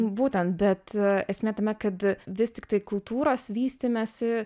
būtent bet esmė tame kad vis tiktai kultūros vystymesi